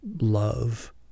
love